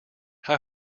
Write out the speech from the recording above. how